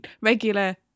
regular